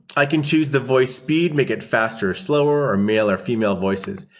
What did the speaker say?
i can choose the voice speed, make it faster or slower, or male or female voices.